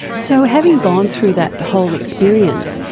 so having gone through that whole experience,